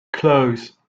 close